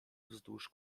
wzdłuż